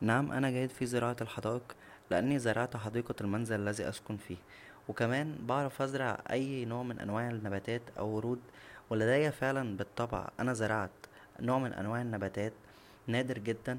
نعم انا جيد فى زراعة الحدائق لانى زرعت حديقى المنزل الذى اسكن فيه و كمان بعرف ازرع اى نوع من انواع النباتات او ورود و لدى فعلا بالطبع انا زرعت نوع من انواع النباتات نادر جدا